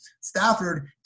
Stafford